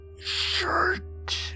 shirt